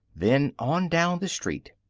then on down the street.